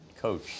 coach